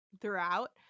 throughout